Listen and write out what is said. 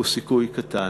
הם קטנים,